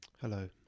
Hello